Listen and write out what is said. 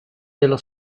dello